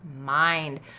mind